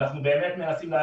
אנחנו באמת מנסים את